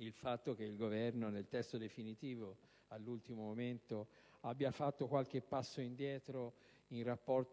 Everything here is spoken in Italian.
il fatto che il Governo, nel testo definitivo, all'ultimo momento abbia fatto qualche passo indietro relativamente